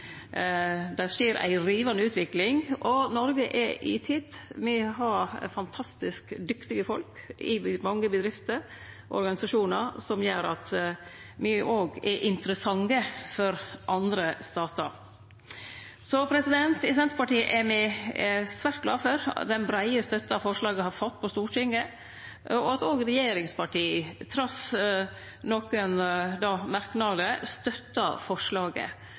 Det skjer ei rivande utvikling, og Noreg er i tet. Me har fantastisk dyktige folk i mange bedrifter og organisasjonar, noko som gjer at me òg er interessante for andre statar. I Senterpartiet er me svært glade for den breie støtta forslaget har fått på Stortinget, og for at òg regjeringspartia, trass nokre merknader, støttar forslaget.